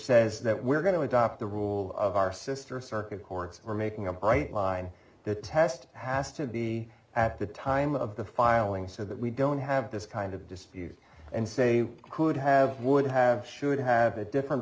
says that we're going to adopt the rule of our sister circuit courts are making a right line the test has to be at the time of the filing so that we don't have this kind of dispute and say we could have would have should have a different